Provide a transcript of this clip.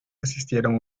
asistieron